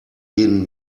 gehen